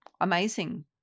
amazing